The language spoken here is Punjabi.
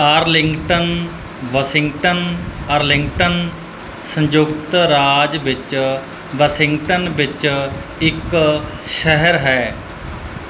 ਆਰਲਿੰਗਟਨ ਵਾਸ਼ਿੰਗਟਨ ਅਰਲਿੰਗਟਨ ਸੰਯੁਕਤ ਰਾਜ ਵਿੱਚ ਵਾਸ਼ਿੰਗਟਨ ਵਿੱਚ ਇੱਕ ਸ਼ਹਿਰ ਹੈ